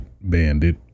bandit